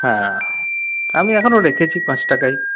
হ্যাঁ আমি এখনো রেখেছি পাঁচ টাকাই